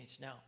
Now